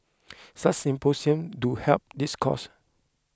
such symposiums do help this cause